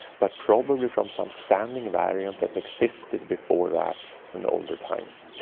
but probably from some standing variant that existed before that in older times.